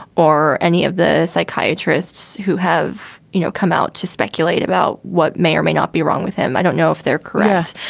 or any of the psychiatrists who have you know come out to speculate about what may or may not be wrong with him. i don't know if they're correct,